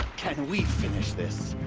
can we finish this?